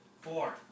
Four